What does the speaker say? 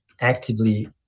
actively